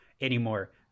anymore